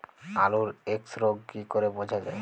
আলুর এক্সরোগ কি করে বোঝা যায়?